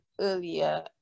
earlier